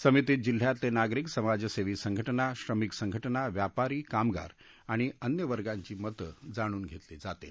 समितीत जिल्ह्यातले नागरिक समाजसेवी संघटना श्रमिक संघटना व्यापारी कामगार आणि अन्य वर्गाची मतं जाणून घेतली जातील